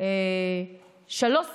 שלוש שיחות,